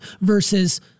versus